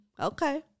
Okay